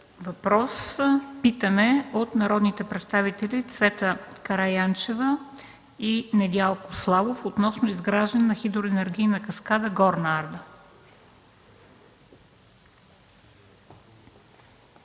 въпрос – питане от народните представители Цвета Караянчева и Недялко Славов относно изграждане на хидроенергийна каскада „Горна Арда”.